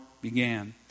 began